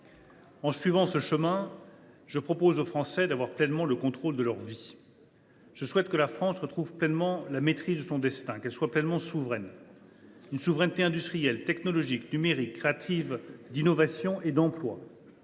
En suivant ce chemin, je propose aux Français d’avoir pleinement le contrôle de leurs vies. Je souhaite que la France retrouve pleinement la maîtrise de son destin, qu’elle soit pleinement souveraine. « Cette souveraineté est multiple : une souveraineté industrielle, technologique et numérique, créatrice d’innovations et d’emplois